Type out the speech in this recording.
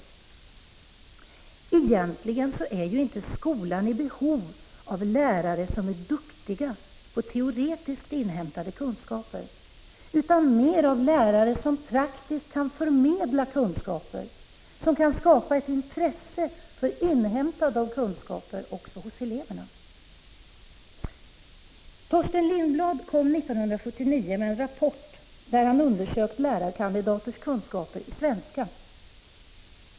17 Egentligen är inte skolan i behov av lärare som är ”duktiga” på att teoretiskt inhämta kunskaper utan mer av lärare som praktiskt kan förmedla kunskaper och skapa ett intresse för inhämtande av kunskaper hos eleverna. Torsten Lindblad kom 1979 med en rapport där han undersökt lärarkandidaters kunskaper i svenska.